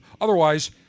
Otherwise